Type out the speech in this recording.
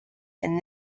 and